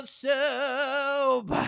soup